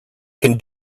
can